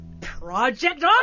Project